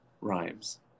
rhymes